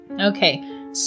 Okay